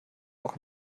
auch